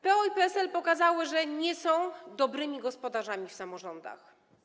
PO i PSL pokazały, że nie są dobrymi gospodarzami w samorządach.